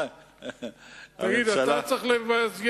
מכובדי